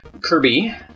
Kirby